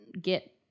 get